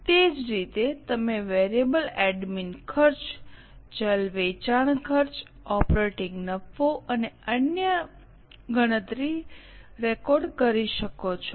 તે જ રીતે તમે વેરિયેબલ એડમિન ખર્ચ ચલ વેચાણ ખર્ચ ઓપરેટીંગ નફો અને અન્યની ગણતરી રેકોર્ડ કરી શકો છો